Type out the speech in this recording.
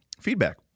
feedback